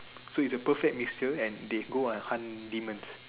so its a perfect mixture and they go and hunt demons